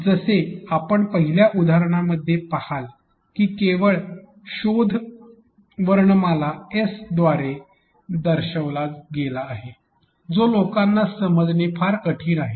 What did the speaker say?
जसे आपण पहिल्या उदाहरणामध्ये पहाल की शोध केवळ वर्णमाला एस द्वारे दर्शविला गेला आहे जो लोकांना समजणे फार कठीण आहे